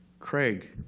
Craig